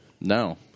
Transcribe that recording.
No